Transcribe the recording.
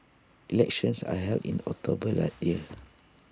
elections are held in October that year